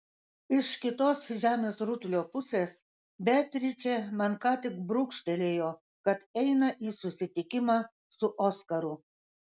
iš kitos žemės rutulio pusės beatričė man ką tik brūkštelėjo kad eina į susitikimą su oskaru